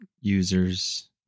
users